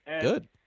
good